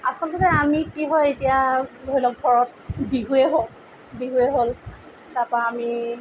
আচলতে আমি কি হয় এতিয়া ধৰি লওক ঘৰত বিহুৱে হওক বিহুৱে হ'ল তাৰপৰা আমি